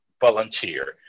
volunteer